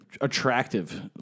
attractive